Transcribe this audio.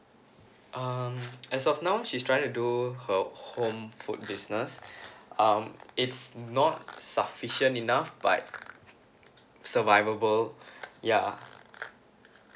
um as of now she's trying to do her home food business um it's not sufficient enough like survivable ya